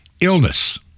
Illness